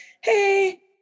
Hey